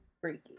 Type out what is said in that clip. freaky